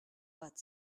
but